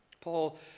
Paul